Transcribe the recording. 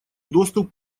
доступ